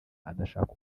adashaka